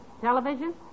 television